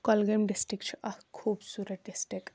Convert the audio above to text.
کۄلگٲمۍ ڈِسٹرک چھُ اکھ خوٗبصوٗرت ڈِسٹرک